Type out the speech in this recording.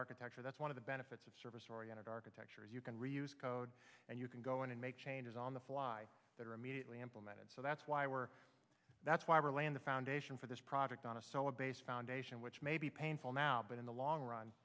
architecture that's one of the benefits of service oriented architecture you can reuse code and you can go in and make changes on the fly that are immediately implemented so that's why we're that's why we're laying the foundation for this product on a solid base foundation which may be painful now but in the long run